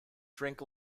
drink